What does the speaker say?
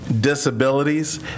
disabilities